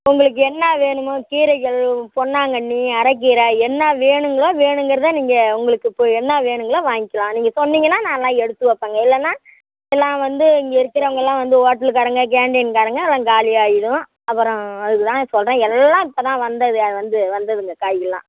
உங்களுக்கு என்ன வேணுமோ கீரைகள் பொன்னாங்கண்ணி அரைக் கீரை என்ன வேணுங்களோ வேணுங்கிறதை நீங்கள் உங்களுக்கு இப்போது என்ன வேணுங்களோ வாங்கிலாம் நீங்கள் சொன்னீங்கன்னால் நான் எல்லாம் எடுத்து வைப்பேங்க இல்லைனா எல்லாம் வந்து இங்கே இருக்கிறவங்கலாம் வந்து ஹோட்டலுக்காரங்கள் கேன்டீன்காரங்கள் எல்லாம் காலி ஆகிரும் அப்புறம் அதுக்கு தாங்க சொல்கிறேன் எல்லாம் இப்போதான் வந்தது வந்து வந்ததுங்க காய்களெலாம்